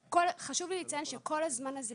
חשוב לי לציין שלאורך כל הזמן הזה,